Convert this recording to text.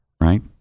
right